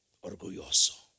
orgulloso